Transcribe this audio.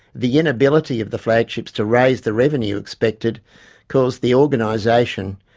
the inability of the flagships to raise the revenue expected caused the organisation,